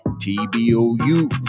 T-B-O-U